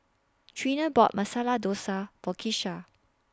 Treena bought Masala Dosa For Kisha